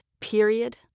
Period